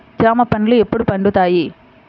జామ పండ్లు ఎప్పుడు పండుతాయి?